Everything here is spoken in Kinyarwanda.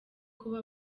kuba